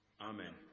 Amen